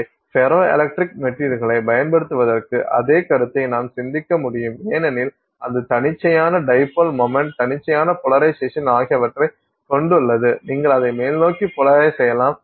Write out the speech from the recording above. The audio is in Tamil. எனவே ஃபெரோ எலக்ட்ரிக் மெட்டீரியல்களைப் பயன்படுத்துவதற்கு அதே கருத்தை நாம் சிந்திக்க முடியும் ஏனெனில் அது தன்னிச்சையான டைப்போல் மொமென்ட் தன்னிச்சையான போலரைசேஷன் ஆகியவற்றைக் கொண்டுள்ளது நீங்கள் அதை மேல்நோக்கி போலரைஸ் செய்யலாம் அல்லது அதை கீழ்நோக்கி போலரைஸ் செய்யலாம்